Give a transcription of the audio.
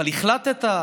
אבל החלטת?